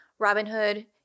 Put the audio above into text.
Robinhood